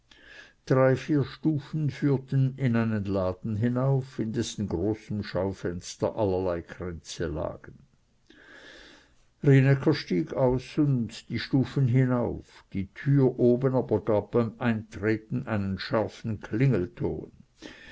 drei vier stufen führten in einen laden hinauf in dessen großem schaufenster allerlei kränze lagen rienäcker stieg aus und die stufen hinauf die tür oben aber gab beim eintreten einen scharfen klingelton